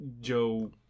Joe